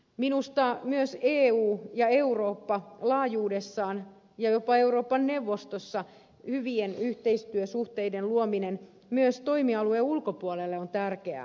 minusta myös eu ja eurooppa laajuudessaan ja jopa euroopan neuvostossa hyvien yhteistyösuhteiden luominen myös toimialueen ulkopuolelle on tärkeää